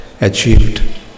achieved